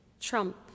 Trump